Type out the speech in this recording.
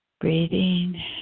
Breathing